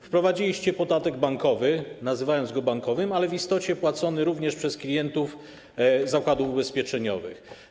Wprowadziliście podatek bankowy, nazywając go bankowym, ale w istocie płacony również przez klientów zakładów ubezpieczeniowych.